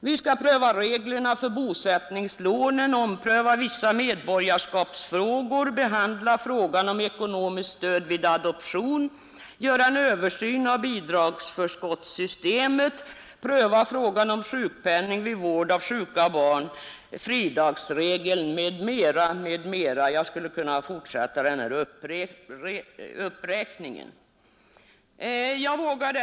Vi skall pröva reglerna för bosättningslån, ompröva vissa medborgarskapsfrågor, behandla frågan om ekonomiskt stöd vid adoption, göra en översyn av bidragsförskottssystemet, pröva frågan om sjukpenning vid vård av sjuka barn, se över fridagsregeln m.m. Jag skulle kunna fortsätta uppräkningen ytterligare.